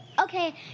Okay